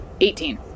Eighteen